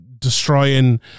destroying